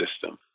system